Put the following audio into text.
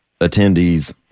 attendees